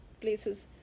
places